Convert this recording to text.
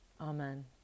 Amen